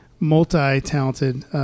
multi-talented